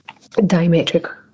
diametric